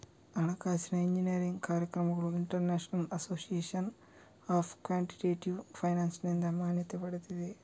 ಹಣಕಾಸಿನ ಎಂಜಿನಿಯರಿಂಗ್ ಕಾರ್ಯಕ್ರಮಗಳು international association of quantitative ಫೈನಾನ್ಸಿನಿಂದ ಮಾನ್ಯತೆ ಪಡೆದಿವೆ